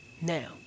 now